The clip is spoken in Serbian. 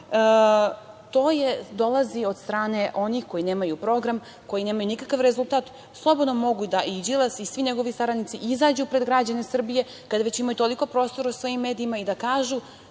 to dolazi od strane onih koji nemaju program, koji nemaju nikakav rezultat. Slobodno mogu i Đilas i svi njegovi saradnici da izađu pred građane Srbije, kada već imaju toliko prostora u svojim medijima, da kažu